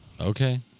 Okay